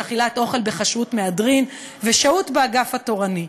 אכילת אוכל בכשרות מהדרין ושהות באגף התורני.